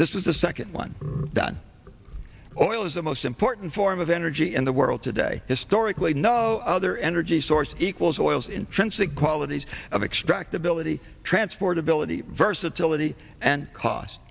this is the second one done oh it's the most important form of energy in the world today historically no other energy source equals oil's intrinsic qualities of extract ability transportability versatility and cost